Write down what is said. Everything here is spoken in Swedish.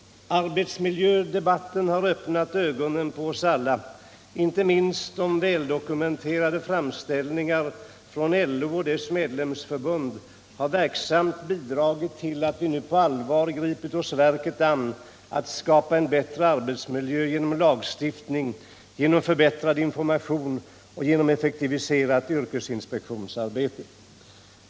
Arbetsmiljödebatten har öppnat ögonen på oss alla. Inte minst de väldokumenterade framställningarna från LO och dess medlemsförbund har verksamt bidragit till att vi nu på allvar gripit oss verket an att skapa en bättre arbetsmiljö genom lagstiftning, genom förbättrad information och genom effektiviserat yrkesinspektionsarbete.